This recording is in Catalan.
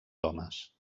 homes